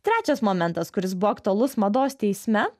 trečias momentas kuris buvo aktualus mados teisme